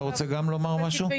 אתה רוצה גם לומר משהו?